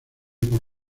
por